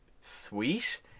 sweet